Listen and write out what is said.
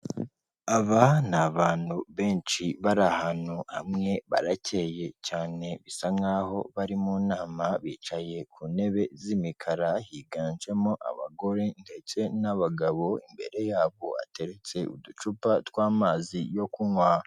Aba ni abantu benshi bari ahantu hamwe baracye cyane bisa nkaho bari mu nama, bicaye ku ntebe z'imikara, higanjemo abagore ndetse n'abagabo, imbere yabo hateretse uducupa tw'amazi yo kunywa.